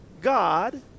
God